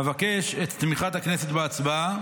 אבקש את תמיכת הכנסת בהצבעה.